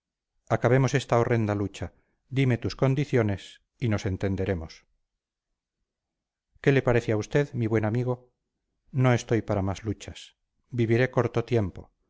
respeto acabemos esta horrenda lucha dime tus condiciones y nos entenderemos qué le parece a usted mi buen amigo no estoy para más luchas viviré corto tiempo